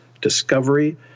Discovery